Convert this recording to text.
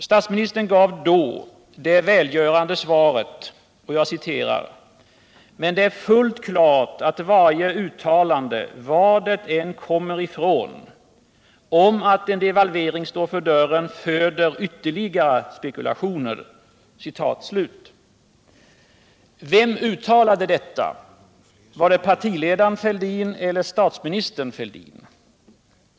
Statsministern gav då det välgörande svaret: ”Men det är fullt klart att varje uttalande, var det än kommer ifrån, om att en devalvering står för dörren, föder ytterligare spekulationer.” Vem uttalade detta, partiledaren Fälldin eller statsministern Fälldin?